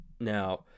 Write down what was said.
Now